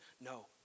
No